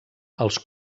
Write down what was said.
els